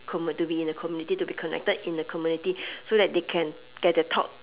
commu~ to be in a community to be connected in a community so that they can get a talk